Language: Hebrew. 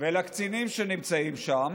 ולקצינים שנמצאים שם,